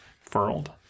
furled